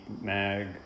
mag